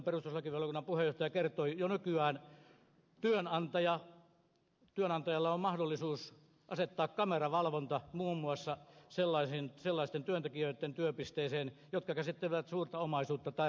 kuten perustuslakivaliokunnan puheenjohtaja kertoi jo nykyään työnantajalla on mahdollisuus asettaa kameravalvonta muun muassa sellaisten työntekijöitten työpisteeseen jotka käsittelevät suurta omaisuutta tai rahaa